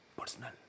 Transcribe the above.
Personal